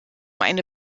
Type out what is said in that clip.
eine